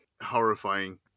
horrifying